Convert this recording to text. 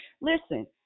listen